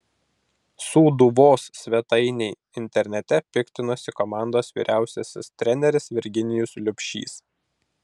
sūduvos svetainei internete piktinosi komandos vyriausiasis treneris virginijus liubšys